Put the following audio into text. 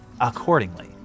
accordingly